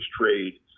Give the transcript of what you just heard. trade